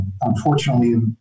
unfortunately